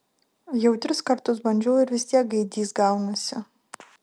jau tris kartus bandžiau ir vis tiek gaidys gaunasi